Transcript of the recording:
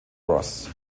ross